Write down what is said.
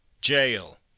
Jail